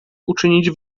uczynić